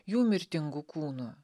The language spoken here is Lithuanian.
jų mirtingu kūnu